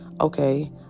Okay